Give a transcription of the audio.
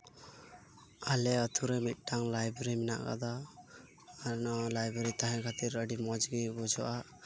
ᱟᱞᱮ ᱟᱹᱛᱩ ᱨᱮ ᱢᱤᱫᱴᱟᱝ ᱞᱟᱭᱵᱮᱨᱤ ᱢᱮᱱᱟᱜ ᱠᱟᱫᱟ ᱟᱨ ᱚᱱᱟ ᱞᱟᱭᱵᱨᱮᱨᱤ ᱛᱟᱸᱦᱮᱱ ᱠᱷᱟᱛᱤᱨ ᱟᱹᱰᱤ ᱢᱚᱸᱡ ᱜᱮ ᱵᱩᱡᱷᱟᱹᱜᱼᱟ